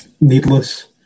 Needless